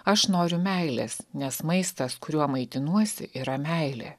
aš noriu meilės nes maistas kuriuo maitinuosi yra meilė